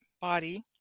body